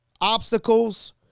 obstacles